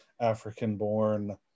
African-born